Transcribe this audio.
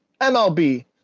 MLB